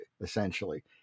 essentially